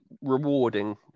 rewarding